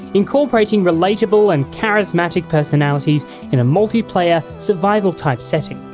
incorporating relatebale and charismatic personalities in a multiplayer survival type setting.